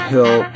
Hill